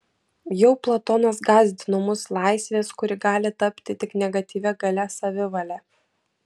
jau platonas gąsdino mus laisvės kuri gali tapti tik negatyvia galia savivale